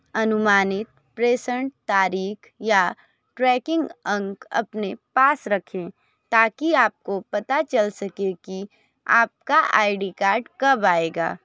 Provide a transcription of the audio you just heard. अनुमानित प्रेषण तारीख या ट्रैकिंग अंक अपने पास रखें ताकि आपको पता चल सके कि आपका आई डी कार्ड कब आएगा